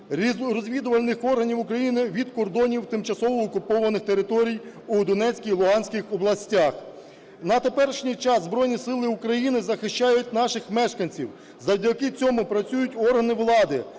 розвідувальних органів України від кордонів тимчасово окупованих територій у Донецькій і Луганській областях. На теперішній час Збройні Сили України захищають наших мешканців, завдяки цьому працюють органи влади,